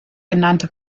genannte